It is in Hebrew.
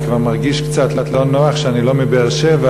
אני כבר מרגיש קצת לא נוח שאני לא מבאר-שבע,